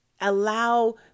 allow